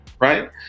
Right